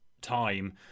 time